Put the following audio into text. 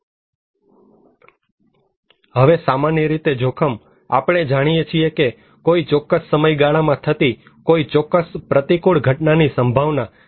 હવે સામાન્ય રીતે જોખમ આપણે જાણીએ છીએ કે કોઈ ચોક્કસ સમયગાળામાં થતી કોઈ ચોક્કસ પ્રતિકૂળ ઘટનાની સંભાવના